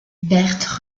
berthe